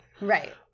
Right